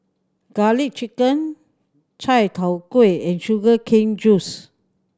Garlic Chicken Chai Tow Kuay and sugar cane juice